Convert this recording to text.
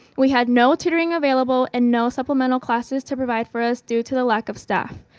we had no tutoring available and no supplemental classes to provide for us due to the lack of staff.